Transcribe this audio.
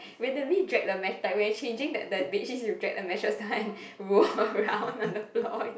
randomly drag the mattress when you're changing the the bed sheets you drag the mattress down and roll around on the floor and